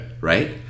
Right